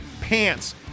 pants